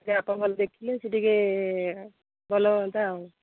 ଟିକିଏ ଆପଣ ଭଲ ଦେଖିଲେ ସିଏ ଟିକେ ଭଲ ହୁଅନ୍ତା ଆଉ